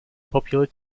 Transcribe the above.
popular